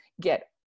get